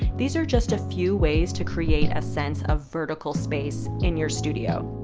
these are just a few ways to create a sense of vertical space in your studio.